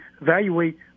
evaluate